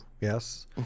Yes